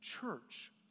church